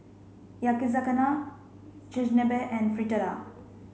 Yakizakana Chigenabe and Fritada